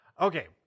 Okay